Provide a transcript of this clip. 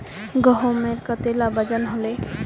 गहोमेर कतेला वजन हले